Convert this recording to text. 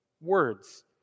Words